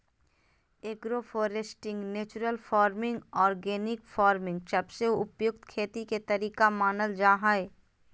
agro foresting, natural farming, organic farming सबसे उपयुक्त खेती के तरीका मानल जा हय